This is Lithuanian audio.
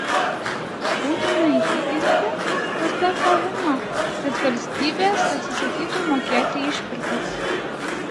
būtina įtikinti pasak koheno kad valstybės atsisakytų mokėti išpirkas